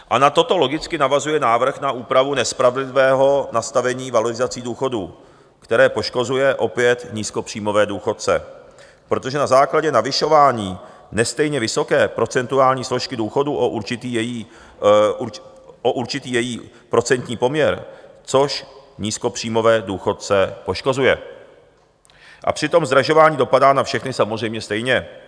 A na toto logicky navazuje návrh na úpravu nespravedlivého nastavení valorizací důchodů, které poškozuje opět nízkopříjmové důchodce, protože na základě navyšování nestejně vysoké procentuální složky důchodu o určitý její procentní poměr, což nízkopříjmové důchodce poškozuje, a přitom zdražování dopadá na všechny samozřejmě stejně.